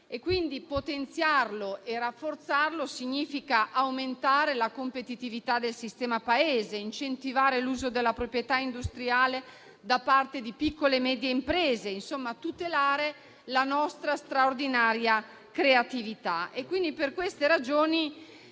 potenziarlo e rafforzarlo significa aumentare la competitività del sistema Paese, incentivare l'uso della proprietà industriale da parte di piccole e medie imprese, tutelando la nostra straordinaria creatività.